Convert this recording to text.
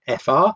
FR